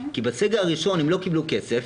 כי בסגר הראשון הם לא קיבלו כסף,